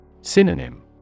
Synonym